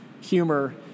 humor